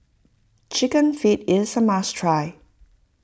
Chicken Feet is a must try